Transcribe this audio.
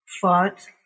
fought